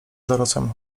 dorosłym